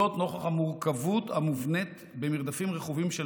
נוכח המורכבות המובנית במרדפים רכובים של